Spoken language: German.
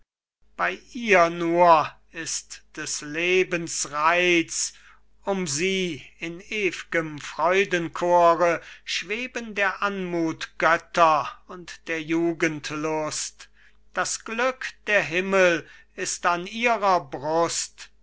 bei ihr nur ists den lebens reiz um sie in ew'gem freudenchore schweben der anmut götter und der jugendlust das glück der himmel ist an ihrer brust